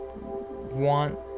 want